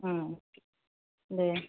দে